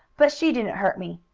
but she didn't hurt me,